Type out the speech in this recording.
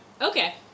Okay